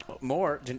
More